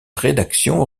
rédaction